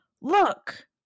Look